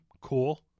cool